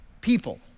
people